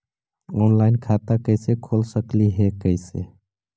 Online खाता कैसे खोल सकली हे कैसे?